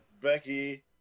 Becky